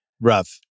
rough